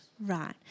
right